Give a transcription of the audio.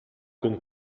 con